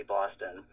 Boston